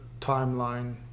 timeline